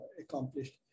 accomplished